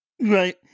Right